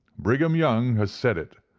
brigham young has said it,